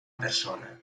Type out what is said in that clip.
persona